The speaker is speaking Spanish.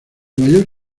mayor